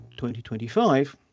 2025